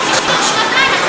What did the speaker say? כי יש היום שנתיים בחוק,